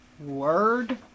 word